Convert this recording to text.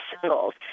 singles